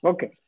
Okay